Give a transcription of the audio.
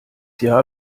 jahr